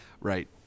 Right